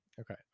okay